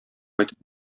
кайтып